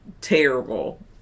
Terrible